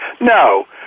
No